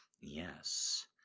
Yes